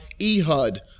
Ehud